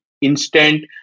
instant